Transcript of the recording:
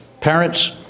Parents